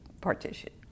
partition